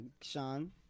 Sean